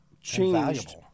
changed